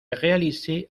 réalisées